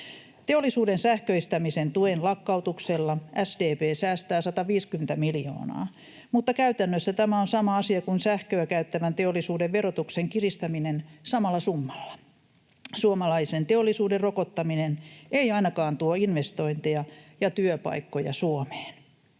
Teollisuuden sähköistämisen tuen lakkautuksella SDP säästää 150 miljoonaa, mutta käytännössä tämä on sama asia kuin sähköä käyttävän teollisuuden verotuksen kiristäminen samalla summalla. Suomalaisen teollisuuden rokottaminen ei ainakaan tuo investointeja ja työpaikkoja Suomeen.